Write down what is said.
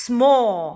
Small